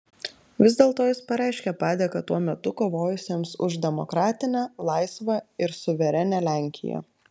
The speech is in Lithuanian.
vis dėlto jis pareiškė padėką tuo metu kovojusiems už demokratinę laisvą ir suverenią lenkiją